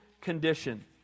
condition